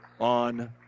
on